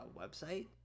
website